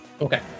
Okay